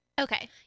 Okay